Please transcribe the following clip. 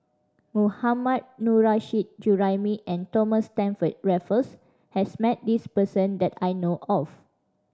Mohammad Nurrasyid Juraimi and Thomas Stamford Raffles has met this person that I know of